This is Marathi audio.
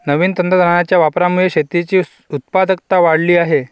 नवीन तंत्रज्ञानाच्या वापरामुळे शेतीची उत्पादकता वाढली आहे